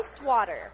wastewater